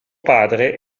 padre